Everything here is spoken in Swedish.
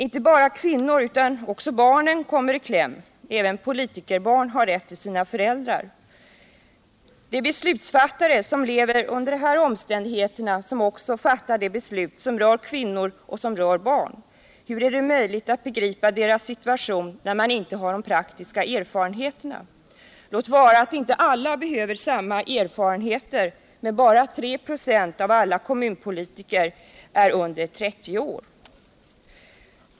Inte bara kvinnorna utan också barnen kommer i kläm. Även politikerbarn har rätt till sina föräldrar. Det är beslutsfattare som lever under de här omständigheterna som också fattar de beslut som rör kvinnor och de beslut som rör barnen. Hur är det möjligt att begripa deras situation när man inte har de praktiska erfarenheterna? Låt vara att inte alla behöver ha samma erfarenheter, men bara 3 26 av alla kommunalpolitiker är under 30 år.